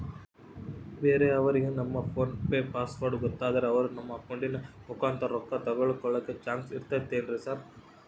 ಬೇರೆಯವರಿಗೆ ನಮ್ಮ PhonePe password ಗೊತ್ತಾದ್ರೆ ಅವರು ನಮ್ಮ ಅಕೌಂಟ್ ಮುಖಾಂತರ ರೊಕ್ಕ ತಕ್ಕೊಳ್ಳೋ ಚಾನ್ಸ್ ಇರ್ತದೆನ್ರಿ ಸರ್?